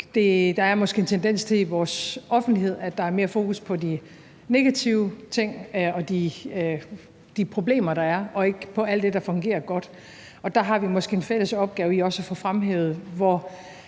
at der måske er en tendens til, at der i vores offentlighed er mere fokus på de negative ting og de problemer, der er, og ikke på alt det, der fungerer godt. Og der har vi måske en fælles opgave i også at få fremhævet, hvor